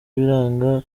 biranga